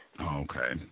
Okay